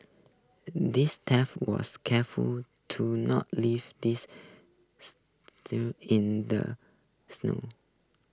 this thief was careful to not leave this in the snow